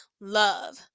love